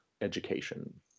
education